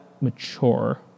mature